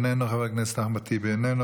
איננו,